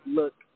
look